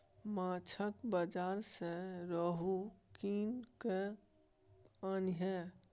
माछक बाजार सँ रोहू कीन कय आनिहे